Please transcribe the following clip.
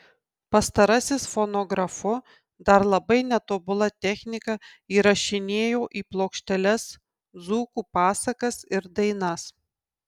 pastarasis fonografu dar labai netobula technika įrašinėjo į plokšteles dzūkų pasakas ir dainas